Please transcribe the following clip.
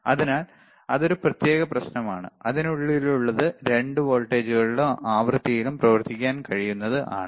അതിനാൽ അതൊരു പ്രത്യേക പ്രശ്നമാണ് അതിനുള്ളിലുള്ളത് രണ്ട് വോൾട്ടേജുകളിലും ആവൃത്തിയിലും പ്രവർത്തിക്കാൻ കഴിയുന്നത് ആണ്